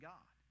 God